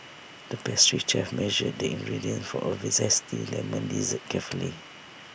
the pastry chef measured the ingredients for A we Zesty Lemon Dessert carefully